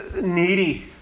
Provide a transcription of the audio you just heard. needy